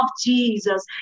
Jesus